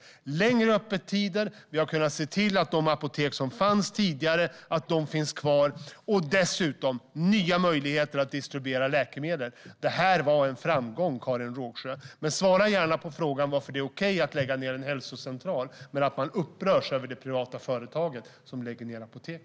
Vi har fått längre öppettider. Vi har kunnat se till att de apotek som fanns tidigare fortfarande finns kvar. Vi har dessutom fått nya möjligheter att distribuera läkemedel. Detta var en framgång, Karin Rågsjö! Men svara gärna på varför det är okej att lägga ned en hälsocentral medan man upprörs över att privata företag lägger ned apotek.